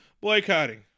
boycotting